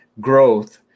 growth